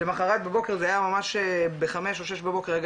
למחרת בבוקר זה היה ממש בחמש או שש בבוקר,